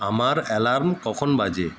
আমার অ্যালার্ম কখন বাজে